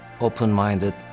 open-minded